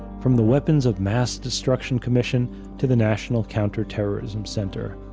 from the weapons of mass destruction commission to the national counterterrorism center.